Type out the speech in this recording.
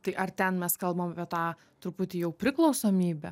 tai ar ten mes kalbam apie tą truputį jau priklausomybę